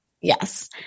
Yes